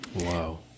Wow